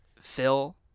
Phil